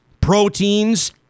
proteins